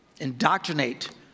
indoctrinate